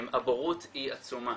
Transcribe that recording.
הבורות היא עצומה.